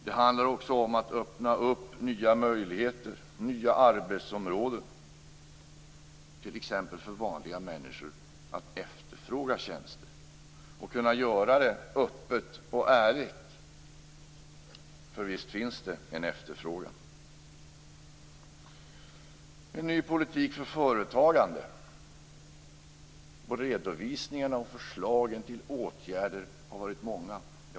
Det handlar också om att öppna nya möjligheter, nya arbetsområden, t.ex. för vanliga människor att efterfråga tjänster. Det gäller att kunna göra det öppet och ärligt, för visst finns det en efterfrågan! Det handlar om en ny politik för företagande. Redovisningarna och förslagen till åtgärder har varit många.